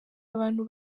abantu